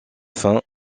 fin